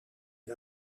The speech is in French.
une